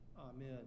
Amen